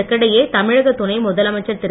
இதற்கிடையே தமிழக துணை முதலமைச்சர் திரு